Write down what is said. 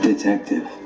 Detective